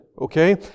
okay